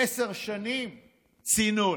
עשר שנים צינון,